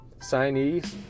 signees